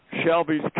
Shelby's